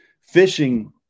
fishing